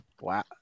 wow